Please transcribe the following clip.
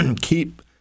keep